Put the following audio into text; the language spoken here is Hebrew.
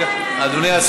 כן, להתחיל מהתחלה.